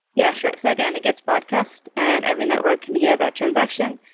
yeah, sure. so again, it gets broadcast and every network can hear that transaction.